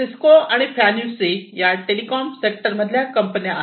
Cisco आणि फॅनयुसी या टेलिकॉम सेक्टर मधल्या कंपन्या आहेत